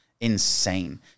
insane